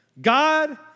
God